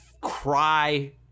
cry